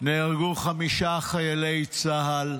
נהרגו חמישה חיילי צה"ל,